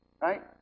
Right